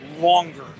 longer